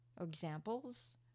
Examples